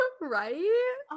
right